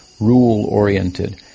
rule-oriented